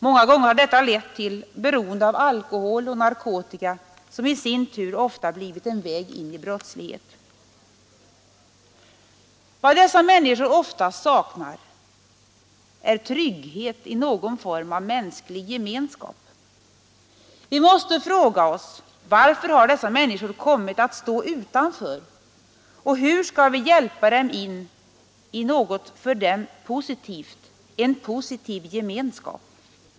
Många gånger har detta lett till beroende av alkohol och narkotika, vilket i sin tur ofta har blivit en väg in i brottslighet. Vad dessa människor oftast saknar är trygghet i någon form av mänsklig gemenskap. Vi måste fråga oss: Varför har dessa människor kommit att stå utanför och hur skall vi kunna hjälpa dem in i något för dem positivt, en positiv gemenskap?